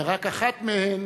ורק אחת מהן,